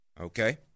Okay